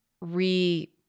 re